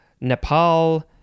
Nepal